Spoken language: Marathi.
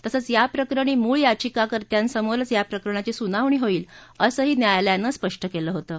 तसंच याप्रकरणी मूळ याचिका कर्त्यांसमोरच याप्रकरणाची सुनावणी होईल असं न्यायालयानं स्पष्ट केलं होतं